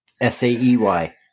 S-A-E-Y